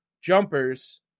jumpers